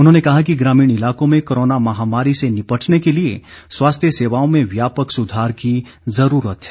उन्होंने कहा कि ग्रामीण इलाकों में कोरोना महामारी से निपटने के लिए स्वास्थ्य सेवाओं में व्यापक सुधार की ज़रूरत है